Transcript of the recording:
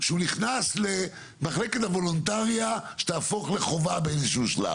שהוא נכנס למחלקת הוולונטריה שתהפוך לחובה באיזשהו שלב,